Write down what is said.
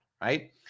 right